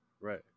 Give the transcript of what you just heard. right